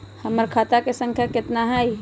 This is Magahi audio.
हमर खाता के सांख्या कतना हई?